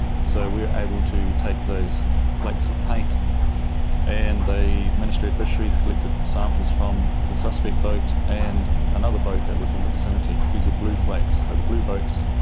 so we were able to take those flakes of paint and the ministry of fisheries collected samples from the suspect boat and another boat that was in the vicinity. because these were blue flakes, so the blue boats.